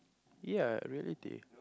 ya reality